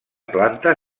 planta